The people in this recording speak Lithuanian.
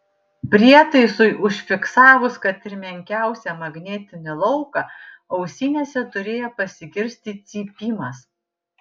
prietaisui užfiksavus kad ir menkiausią magnetinį lauką ausinėse turėjo pasigirsti cypimas